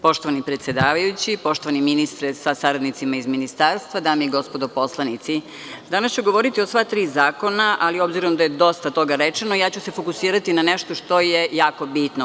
Poštovani predsedavajući, poštovani ministre sa saradnicima iz Ministarstva, dame i gospodo narodni poslanici, danas ću govoriti o sva tri zakona, ali obzirom da je dosta toga rečeno, fokusiraću se na nešto što je jako bitno.